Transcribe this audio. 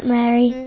Mary